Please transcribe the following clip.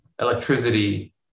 electricity